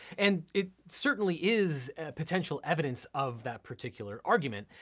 and it certainly is potential evidence of that particular argument.